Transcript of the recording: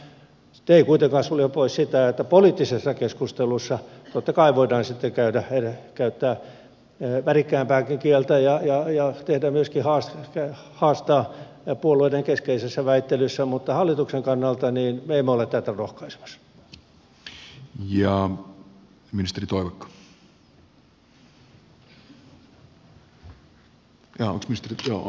se ei kuitenkaan sulje pois sitä että poliittisessa keskustelussa totta kai voidaan sitten käyttää värikkäämpääkin kieltä ja myöskin haastaa puolueiden keskeisessä väittelyssä mutta hallituksen kannalta me emme ole tätä rohkaisemassa